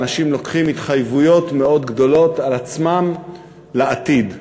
אנשים לוקחים התחייבויות מאוד גדולות על עצמם לעתיד.